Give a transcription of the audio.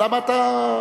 למה אתה מתפרץ?